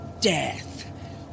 death